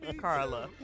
Carla